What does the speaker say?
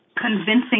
convincing